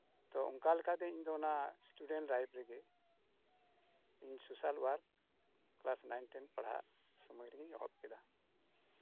ᱛᱚ ᱚᱱᱠᱟ ᱞᱮᱠᱟᱛᱮ ᱤᱧ ᱫᱚ ᱚᱱᱟ ᱥᱴᱩᱰᱮᱱᱴ ᱞᱟᱭᱤᱯᱷ ᱨᱮᱜᱮ social work class nine ten ᱯᱟᱲᱦᱟᱜ ᱥᱚᱢᱚᱭ ᱨᱮᱜᱤᱧ ᱮᱦᱚᱵ ᱠᱮᱫᱟ